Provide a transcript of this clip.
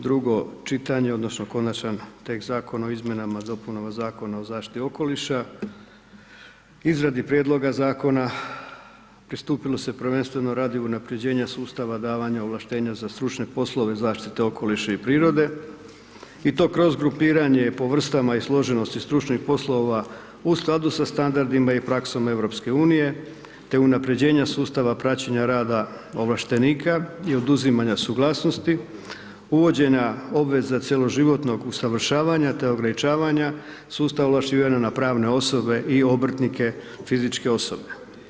Drugo čitanje, odnosno konačan tekst zakona o izmjenama i dopunama zakona o zaštiti okoliša, izradi prijedloga zakona pristupilo se prvenstveno radi unaprjeđenja sustava davanja ovlaštenja za stručne poslove zaštite okoliša i prirode, i to kroz grupiranje po vrstama i složenosti stručnih poslova u skladu sa standardima i praksom EU te unaprjeđenjem sustava praćenja rada ovlaštenika i oduzimanja suglasnosti, uvođenja obveze cjeloživotnog usavršavanja te ograničavanja sustava… na pravne osobe i obrtnike fizičke osobe.